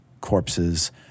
corpses